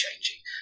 changing